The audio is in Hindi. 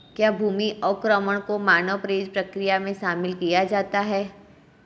क्या भूमि अवक्रमण को मानव प्रेरित प्रक्रिया में शामिल किया जाता है?